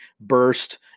burst